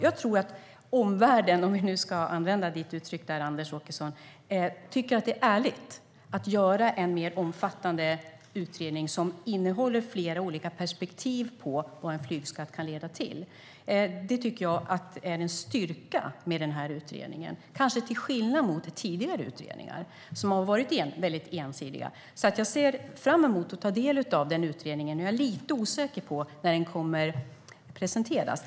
Jag tror att omvärlden, om vi nu ska använda Åkessons uttryck, tycker att det är ärligt att göra en mer omfattande utredning som innehåller flera olika perspektiv på vad en flygskatt kan leda till. Det tycker jag är en styrka med den här utredningen, kanske till skillnad från tidigare utredningar som har varit väldigt ensidiga. Jag ser därför fram emot att ta del av den utredningen. Nu är jag lite osäker på när den kommer att presenteras.